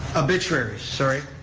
obituaries, sorry.